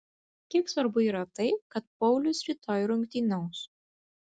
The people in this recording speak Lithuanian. kiek svarbu yra tai kad paulius rytoj rungtyniaus